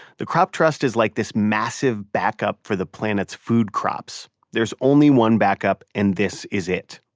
the crop trust is like this massive backup for the planet's food crops. there's only one backup and this is it.